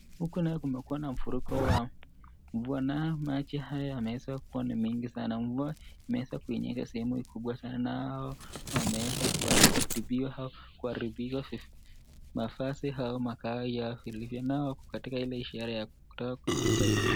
Huku nayo kumekuwa na mafuriko ya mvua, nayo maji haya yameweza kuwa ni mengi sana. Mvua imeweza kunyesha sehemu kubwa sana nao wameweza kuharibiwa mavazi au makao yao vilivyo nao wako katika ile ishara ya kutaka kusaidiwa.